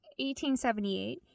1878